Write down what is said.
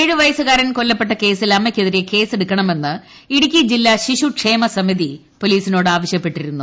ഏഴുവയസ്സുകാരൻ കൊല്ലപ്പെട്ട കേസിൽ അമ്മയ്ക്കെതിരെ കേസ് എടുക്കണമെന്ന് ഇടുക്കി ജില്ലാ ശിശുക്ഷേമ സമിതി പോലീസിനോട് ആവശ്യപ്പെട്ടിരുന്നു